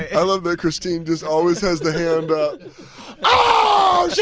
i love that christine just always has the hand ah